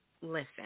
listen